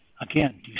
Again